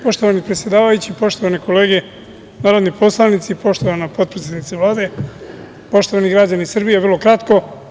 Poštovani predsedavajući, poštovane kolege narodni poslanici, poštovana potpredsednice Vlade, poštovani građani Srbije, vrlo kratko.